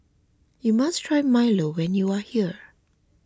you must try Milo when you are here